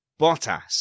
Bottas